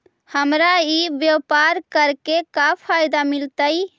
हमरा ई व्यापार करके का फायदा मिलतइ?